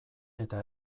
eta